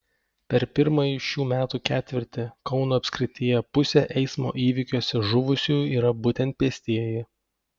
per pirmąjį šių metų ketvirtį kauno apskrityje pusė eismo įvykiuose žuvusiųjų yra būtent pėstieji